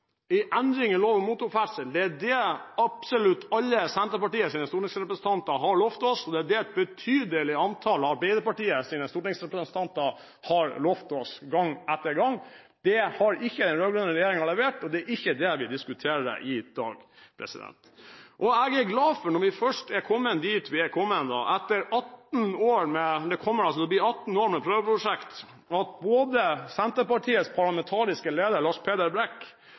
i lov om motorferdsel absolutt alle Senterpartiets stortingsrepresentanter har lovet oss, og det er det et betydelig antall av Arbeiderpartiets stortingsrepresentanter har lovet oss, gang etter gang. Det har ikke den rød-grønne regjeringen levert, og det er ikke det vi diskuterer i dag. Jeg er glad for når vi først har kommet dit vi har kommet – etter det som kommer til å bli 18 år med prøveprosjekt – at både Senterpartiets parlamentariske leder, Lars Peder Brekk,